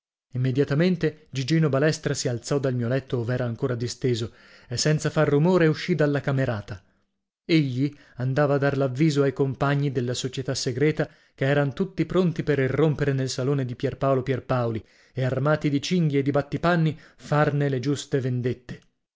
immediatamente gigino balestra si alzò dal mio letto ov'era ancora disteso e senza far rumore uscì dalla camerata egli andava a dar l'avviso ai compagni della società segreta che eran tutti pronti per irrompere nel salone di pierpaolo pierpaoli e armati di cinghie e di battipanni farne le giuste vendette